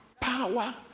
power